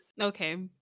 Okay